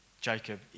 Jacob